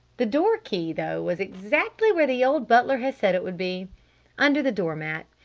the door-key, though, was exactly where the old butler had said it would be under the door mat,